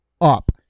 up